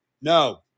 No